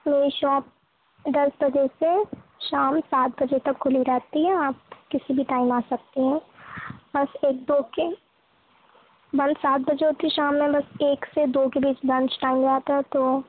میری شاپ دس بجے سے شام سات بجے تک کھلی رہتی ہے آپ کسی بھی ٹائم آ سکتے ہیں بس ایک دو کے بند سات بجے ہوتی ہے شام میں بس ایک سے دو کے بیچ لنچ ٹائم آتا ہے تو